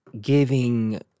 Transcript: giving